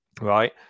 right